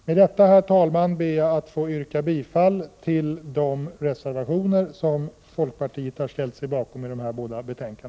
Med detta, herr talman, yrkar jag bifall till de reservationer i de båda betänkandena som folkpartiet står bakom.